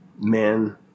men